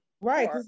right